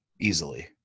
easily